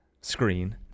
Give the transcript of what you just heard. screen